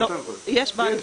יש בערבית,